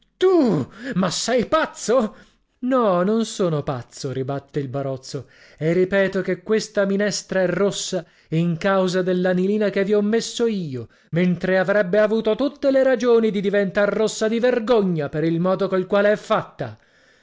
tu ma sei pazzo no non sono pazzo ribatte il barozzo e ripeto che questa minestra è rossa in causa dell'anilina che vi ho messo io mentre avrebbe avuto tutte le ragioni di diventar rossa di vergogna per il modo col quale è fatta